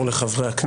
להתנצל?